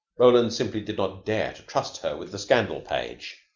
roland simply did not dare to trust her with the scandal page.